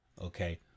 Okay